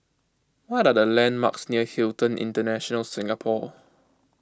what are the landmarks near Hilton International Singapore